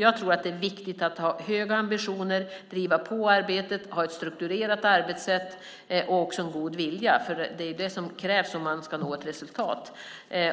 Jag tror att det är viktigt att ha höga ambitioner, att driva på arbetet, att ha ett strukturerat arbetssätt och att även ha en god vilja. Det är det som krävs om man ska nå ett resultat.